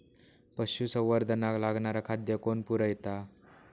पशुसंवर्धनाक लागणारा खादय कोण पुरयता?